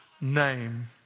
name